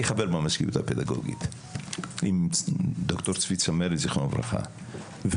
חבר במזכירות הפדגוגית עם ד"ר צבי צמרת זיכרונו לברכה,